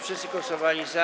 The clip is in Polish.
Wszyscy głosowali za.